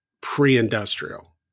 pre-industrial